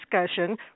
discussion